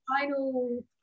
final